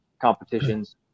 competitions